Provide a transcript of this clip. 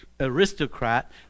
aristocrat